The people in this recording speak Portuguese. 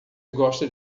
gosta